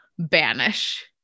Banish